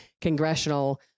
congressional